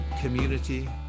community